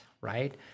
right